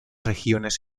regiones